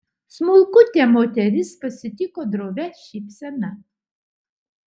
smulkutė moteris pasitiko drovia šypsena